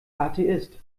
atheist